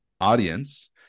audience